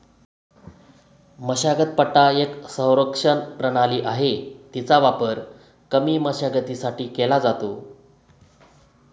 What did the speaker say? मशागत पट्टा एक संरक्षण प्रणाली आहे, तिचा वापर कमी मशागतीसाठी केला जातो